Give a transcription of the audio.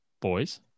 Boys